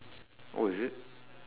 oh is it